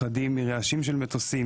פחדים מרעשים של מטוסים,